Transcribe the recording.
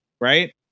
right